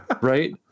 Right